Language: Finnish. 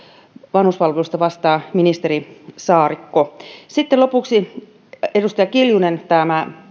vanhuspalveluista vastaa ministeri saarikko sitten lopuksi edustaja kiljunen tämä